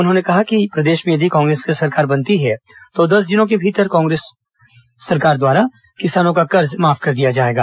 उन्होंने कहा कि प्रदेश में यदि कांग्रेस की सरकार बनती है तो दस दिनों के भीतर किसानों का कर्ज माफ कर दिया जाएगा